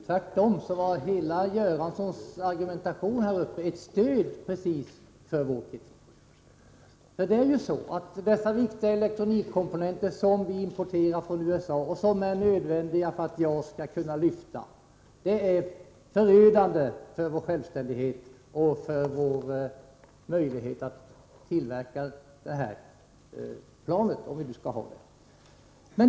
Tvärtom var hela Olle Göranssons argumentation ett stöd för vår kritik. Att vi från USA importerar dessa viktiga elektronikkomponenter, som är nödvändiga för att JAS skall kunna lyfta, är förödande för vår självständighet och för vår möjlighet att tillverka detta plan, om vi nu skall ha det.